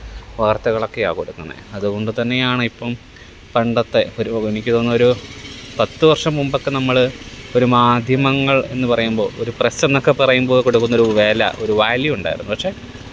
വാര്ത്തകളൊക്കെയാണ് കൊടുക്കുന്നത് അതുകൊണ്ട് തന്നെയാണിപ്പം പണ്ടത്തെ ഒരു എനിക്ക് തോന്നുന്ന ഒരു പത്ത് വര്ഷം മുൻപൊക്കെ നമ്മള് ഒരു മാധ്യമങ്ങള് എന്ന് പറയുമ്പോൾ ഒരു പ്രസ് എന്നൊക്കെ പറയുമ്പോൾ കൊടുക്കുന്ന ഒരു വില ഒരു വാല്യൂ ഉണ്ടായിരുന്നു പക്ഷെ